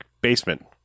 basement